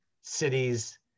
cities